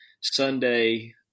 Sunday